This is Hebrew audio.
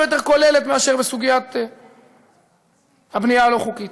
יותר כוללת מאשר סוגיית הבנייה הלא-חוקית.